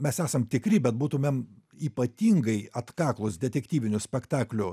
mes esam tikri bet būtumėm ypatingai atkaklūs detektyvinių spektaklių